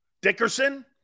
dickerson